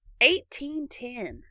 1810